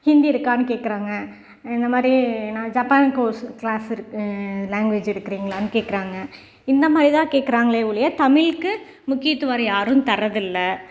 ஹிந்தி இருக்கானு கேட்குறாங்க இந்த மாதிரி நான் ஜாப்பான் கோர்ஸ் கிளாஸ் லாங்குவேஜ் எடுக்கிறிங்களானு கேட்குறாங்க இந்த மாதிரி தான் கேட்குறாங்களே ஒழிய தமிழுக்கு முக்கியத்துவம் யாரும் தர்றது இல்லை